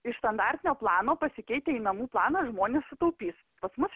iš standartinio plano pasikeitę į namų planą žmonės sutaupys pas mus